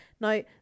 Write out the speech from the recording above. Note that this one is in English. Now